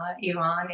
Iran